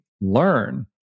learn